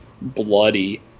bloody